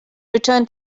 return